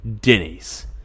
Denny's